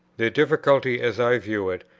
their difficulty, as i view it,